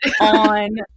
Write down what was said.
on